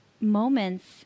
moments